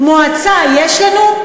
מועצה יש לנו?